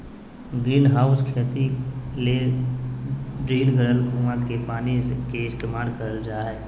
greenhouse खेती ले drill करल कुआँ के पानी के इस्तेमाल करल जा हय